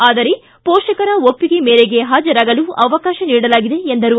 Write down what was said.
ಆದರೆ ಪೋಷಕರ ಒಪ್ಪಿಗೆ ಮೇರೆಗೆ ಹಾಜರಾಗಲು ಅವಕಾಶ ನೀಡಲಾಗಿದೆ ಎಂದರು